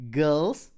girls